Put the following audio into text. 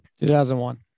2001